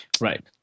Right